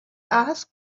asked